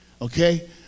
Okay